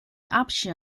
option